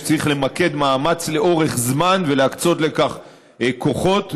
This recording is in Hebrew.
שצריך למקד מאמץ לאורך זמן להקצות לכך כוחות,